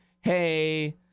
hey